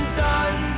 done